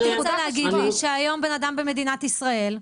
רוצה להגיד לי שהיום בן אדם במדינת ישראל,